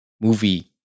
movie